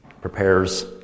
Prepares